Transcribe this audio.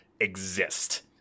exist